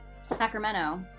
Sacramento